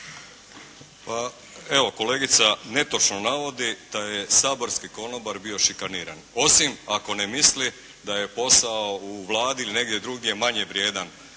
Evo, kolegica netočno navodi da je saborski konobar bio šikaniran, osim ako ne misli da je posao u Vladi ili negdje drugdje manje vrijedan.